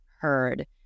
heard